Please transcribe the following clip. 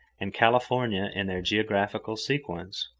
and california in their geographical sequence,